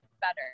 better